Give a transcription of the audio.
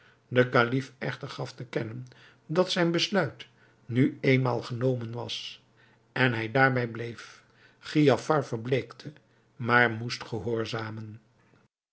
de kalif echter gaf te kennen dat zijn besluit nu eenmaal genomen was en hij daarbij bleef giafar verbleekte maar moest gehoorzamen